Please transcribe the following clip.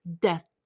Death